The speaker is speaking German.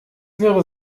wäre